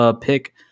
pick